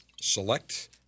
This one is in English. select